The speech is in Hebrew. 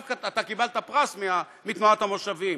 ועכשיו אתה קיבלת פרס מתנועת המושבים,